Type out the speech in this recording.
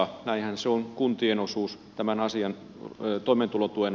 näinhän se on kuntien osuus toimeentulotuen osalta